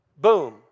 Boom